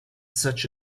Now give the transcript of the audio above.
such